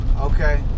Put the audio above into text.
okay